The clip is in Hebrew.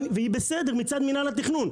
והיא בסדר מצד מינהל התכנון,